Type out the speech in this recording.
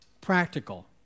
practical